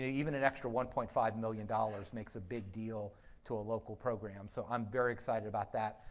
even an extra one point five million dollars makes a big deal to a local program, so i'm very excited about that.